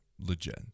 legit